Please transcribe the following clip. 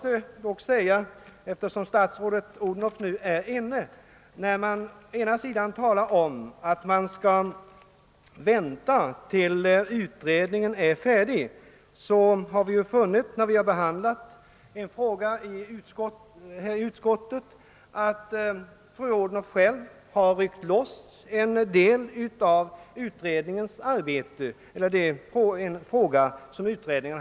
Eftersom statsrådet Odhnoff nu infunnit sig i kammaren vill jag vända mig till henne i detta sammanhang. Utskottet hänvisar till familjepolitiska kommitténs arbete och menar att vi bör avvakta dess resultat i frågan om vårdnadsbidraget.